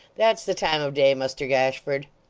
that's the time of day, muster gashford